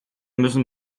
müssen